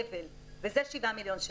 וזה 7 מיליון שקלים,